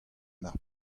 mar